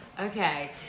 Okay